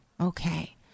Okay